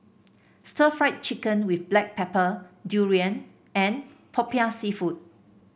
Stir Fried Chicken with Black Pepper durian and popiah seafood